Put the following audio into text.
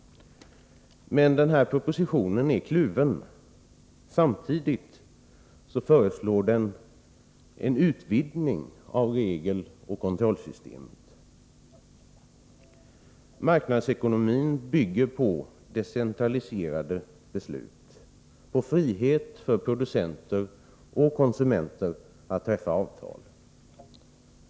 Men propositionen är kluven. Samtidigt föreslås en utvidgning av regeloch kontrollsystemet. Marknadsekonomin bygger på decentraliserade beslut och frihet för producenten och konsumenten att träffa avtal.